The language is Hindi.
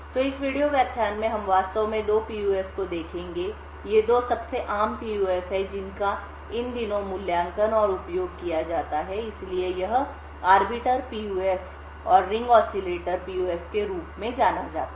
तो इस वीडियो व्याख्यान में हम वास्तव में दो PUF को देखेंगे ये 2 सबसे आम PUF हैं जिनका इन दिनों मूल्यांकन और उपयोग किया जाता है इसलिए यह आर्बिटर PUF है और रिंग ऑसिलेटर PUF के रूप में जाना जाता है